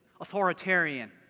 authoritarian